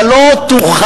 אתה לא תוכל,